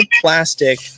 plastic